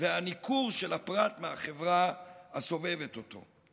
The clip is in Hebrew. והניכור של הפרט מהחברה הסובבת אותו.